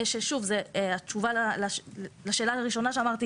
ששוב התשובה לשאלה הראשונה שאמרתי